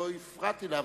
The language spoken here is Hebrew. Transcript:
לא הפרעתי לה,